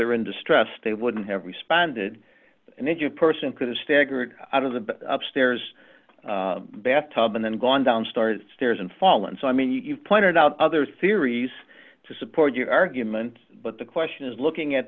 we're in distress they wouldn't have responded and if you a person could have staggered out of the upstairs bath tub and then gone down started stairs and fallen so i mean you've pointed out other theories to support your argument but the question is looking at